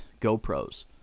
GoPros